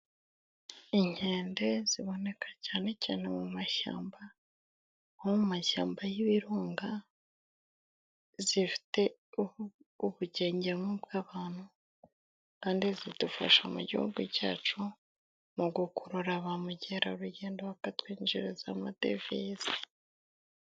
Inkende ziboneka cyane cyane mu mashyamba, nko mu mashyamba y'ibirunga, zifite ubugenge nk'ubw'abantu kandi zidufasha mu gihugu cyacu mu gukurura ba mukerarugendo bakatwinjiriza amadevize.